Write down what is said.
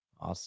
Awesome